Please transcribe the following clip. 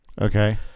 Okay